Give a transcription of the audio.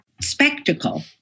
spectacle